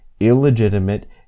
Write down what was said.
illegitimate